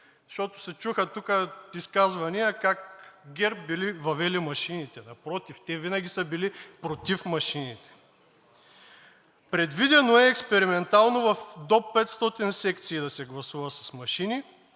защото се чуха тук изказвания как ГЕРБ били въвели машините. Напротив, те винаги са били против машините. Предвидено е експериментално в до 500 секции да се гласува с машини,